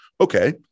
Okay